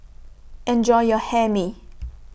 Enjoy your Hae Mee